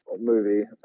movie